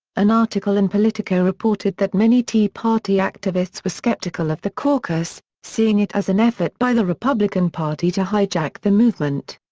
an article in politico reported that many tea party activists were skeptical of the caucus, seeing it as an effort by the republican party to hijack the movement.